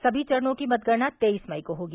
सभी चरणों की मतगणना तेईस मई को होगी